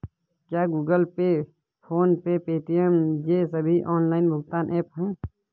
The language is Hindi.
क्या Google Pay PhonePe Paytm ये सभी ऑनलाइन भुगतान ऐप हैं?